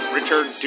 Richard